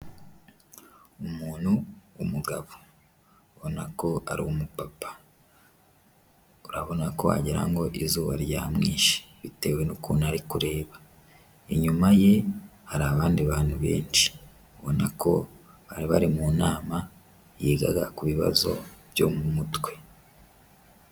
Umuntu w'umugabo ubona ko ari umupapa urabona ko wagirango ngo izuba ryamwishe bitewe n'ukuntu nari ari kureba, inyuma ye hari abandi bantu benshi ubona ko bari bari munama yigaga ku bibazo byo mu mutwe.